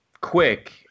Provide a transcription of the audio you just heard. quick